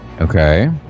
Okay